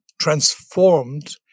transformed